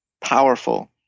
powerful